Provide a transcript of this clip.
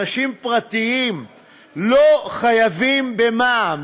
אנשים פרטיים לא חייבים במע"מ.